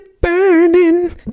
burning